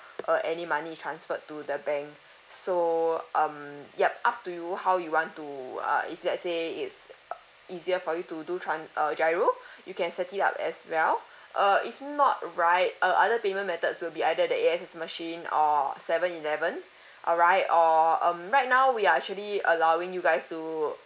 uh any money transferred to the bank so um yup up to you how you want to uh if let's say it's easier for you to do tran~ uh GIRO you can set it up as well uh if not right uh other payment methods will be either the A_X_S machine or seven eleven alright or um right now we are actually allowing you guys to